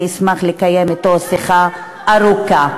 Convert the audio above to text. אני אשמח לקיים אתו שיחה ארוכה.